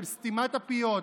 של סתימת הפיות,